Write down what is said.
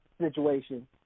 situation